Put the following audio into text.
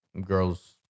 Girls